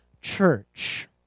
Church